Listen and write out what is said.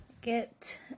Get